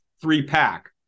three-pack